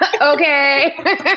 Okay